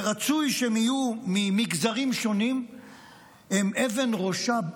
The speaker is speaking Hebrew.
ורצוי שהם יהיו ממגזרים שונים הם אבן ראשה,